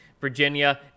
Virginia